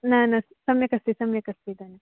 न न सम्यकस्ति सम्यकस्ति इदानीं